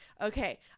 okay